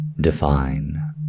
define